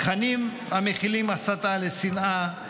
לתכנים המכילים הסתה לשנאה,